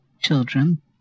Children